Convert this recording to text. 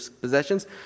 possessions